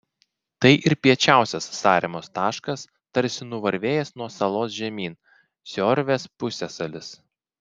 tai ir piečiausias saremos taškas tarsi nuvarvėjęs nuo salos žemyn siorvės pusiasalis